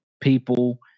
people